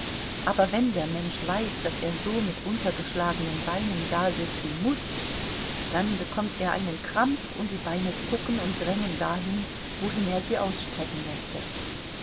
aber wenn der mensch weiß daß er so mit untergeschlagenen beinen dasitzen muß dann bekommt er einen krampf und die beine zucken und drängen dahin wohin er sie ausstrecken möchte